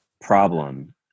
problem